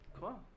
cool